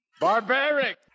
Barbaric